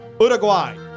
Uruguay